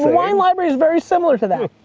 wine library's very similar to that.